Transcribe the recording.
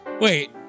Wait